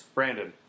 Brandon